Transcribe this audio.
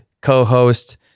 co-host